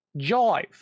jive